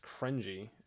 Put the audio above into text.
cringy